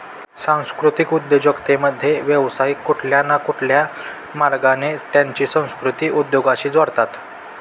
सांस्कृतिक उद्योजकतेमध्ये, व्यावसायिक कुठल्या न कुठल्या मार्गाने त्यांची संस्कृती उद्योगाशी जोडतात